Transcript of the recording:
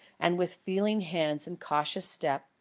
and with feeling hands and cautious step,